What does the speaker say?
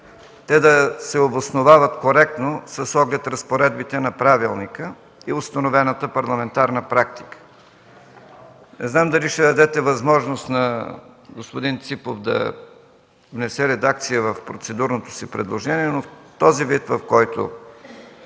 те да се обосновават коректно с оглед разпоредбите на правилника и установената парламентарна практика. Не знам дали ще дадете възможност на господин Ципов да внесе редакция в процедурното си предложение, но в този вид, в който